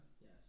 Yes